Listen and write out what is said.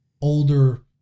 older